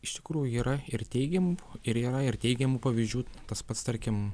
iš tikrųjų yra ir teigiamų ir yra ir teigiamų pavyzdžių tas pats tarkim